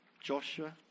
Joshua